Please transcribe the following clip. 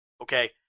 Okay